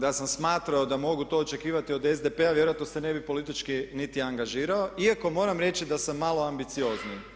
Da sam smatrao da mogu to očekivati od SDP-a vjerojatno se ne bih politički niti angažirao iako moram reći da sam malo ambiciozniji.